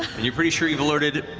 and you're pretty sure you've alerted